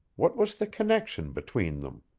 what was the connection between them?